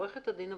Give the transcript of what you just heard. עורכת הדין אבנר,